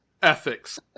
ethics